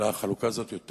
אלא החלוקה הזאת יותר